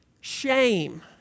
shame